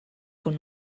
con